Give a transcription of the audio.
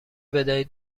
بدهید